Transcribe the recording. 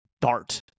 dart